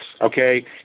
okay